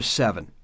seven